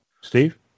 Steve